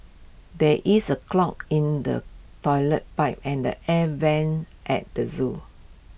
there is A clog in the Toilet Pipe and the air Vents at the Zoo